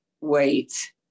Wait